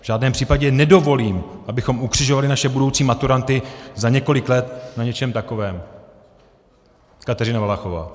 V žádném případě nedovolím, abychom ukřižovali naše budoucí maturanty za několik let na něčem takovém, Kateřino Valachová.